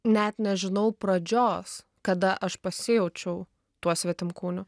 net nežinau pradžios kada aš pasijaučiau tuo svetimkūniu